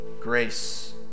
grace